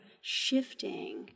shifting